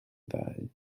ddau